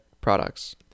products